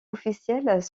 officiels